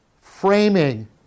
framing